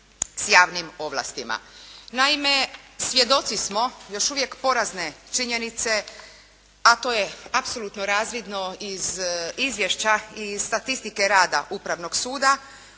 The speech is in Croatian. s javnim ovlastima. Naime, svjedoci smo još uvijek porazne činjenice, a to je apsolutno razvidno iz izvješća i statistike rada Upravnog suda